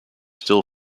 still